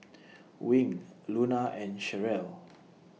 Wing Luna and Cherelle